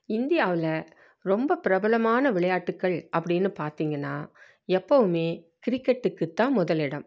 இந்தியாவில் ரொம்ப பிரபலமான விளையாட்டுக்கள் அப்படின்னு பார்த்தீங்கன்னா எப்போவும் கிரிக்கெட்டுக்குத் தான் முதலிடம்